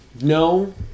no